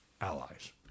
allies